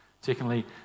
Secondly